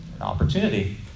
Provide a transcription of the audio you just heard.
opportunity